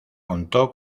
contó